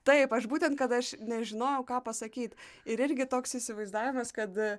taip aš būtent kad aš nežinojau ką pasakyt ir irgi toks įsivaizdavimas kad